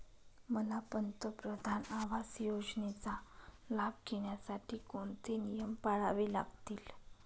मला पंतप्रधान आवास योजनेचा लाभ घेण्यासाठी कोणते नियम पाळावे लागतील?